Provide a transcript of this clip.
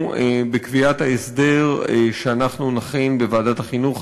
בקביעת ההסדר שאנחנו נכין בוועדת החינוך,